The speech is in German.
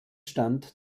stand